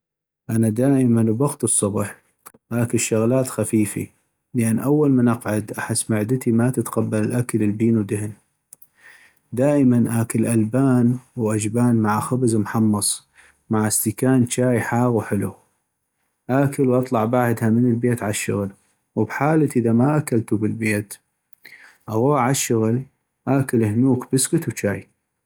انا دائماً بوقت الصبح أكل شغلات خفيفي لأن اول من اقعد احس معدتي ما تتقبل الاكل البينو دهن ، دائماً أكل البان واجبان مع خبز محمص ، مع استكان چاي حاغ وحلو ، أكل واطلع بعدها من البيت عالشغل، وبحالة اذا ما اكلتو بالبيت ، اغوح عالشغل أكل اهنوك بسكت وچاي.